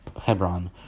Hebron